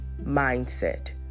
mindset